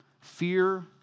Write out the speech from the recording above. fear